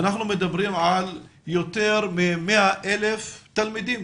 אנחנו מדברים על יותר מ-100,000 תלמידים